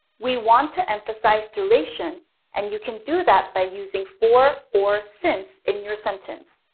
we want to emphasize duration and you can do that by using for or since in your sentence.